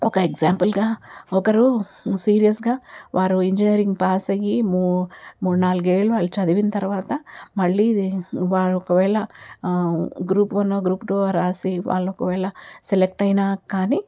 ఒక ఎగ్జాంపుల్గా ఒకరు సీరియస్గా వారు ఇంజనీరింగ్ పాసయ్యి మూ మూడు నాలుగేళ్ళు వాళ్ళు చదివిన తరువాత మళ్ళీ ఇది వాళ్ళు ఒకవేళ గ్రూప్ వన్నో గ్రూప్ టువో వ్రాసి వాళ్ళు ఒకవేళ సెలెక్ట్ అయినా కానీ